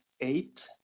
eight